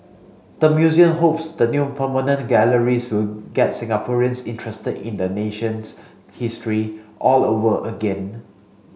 the museum hopes the new permanent galleries will get Singaporeans interest in the nation's history all over again